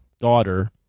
daughter